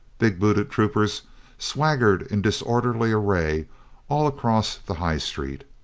big booted troopers swaggered in disorderly array all across the high street.